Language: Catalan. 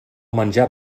menjar